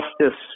justice